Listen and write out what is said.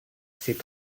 c’est